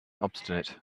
obstinate